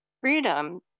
freedom